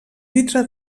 litre